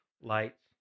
lights